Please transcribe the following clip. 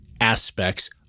aspects